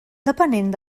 depenent